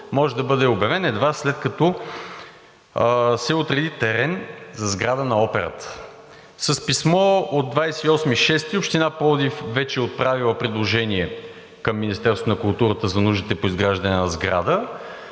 може да бъде обявен едва след като се определи терен за сграда на операта. С писмо от 28 юни Община Пловдив вече е отправила предложение към Министерството на културата за нуждите по изграждане на сграда